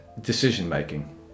decision-making